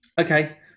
Okay